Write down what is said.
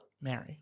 Mary